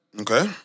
Okay